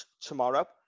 tomorrow